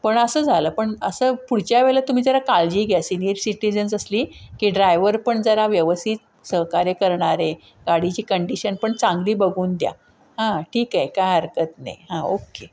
पण असं झालं पण असं पुढच्या वेळेला तुम्ही जरा काळजी घ्या सिनियर सिटीजन्स असली की ड्रायव्हर पण जरा व्यवस्थित सहकार्य करणारे गाडीची कंडिशन पण चांगली बघून द्या हां ठीक आहे काय हरकत नाही हां ओके